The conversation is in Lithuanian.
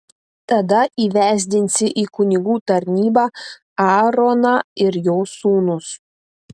tada įvesdinsi į kunigų tarnybą aaroną ir jo sūnus